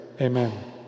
amen